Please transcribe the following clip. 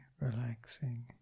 relaxing